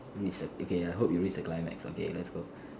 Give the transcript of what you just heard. reach the okay I hope you reach the climax okay let's go